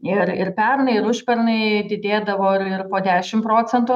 ir ir pernai ir užpernai didėdavo ir ir po dešim procentų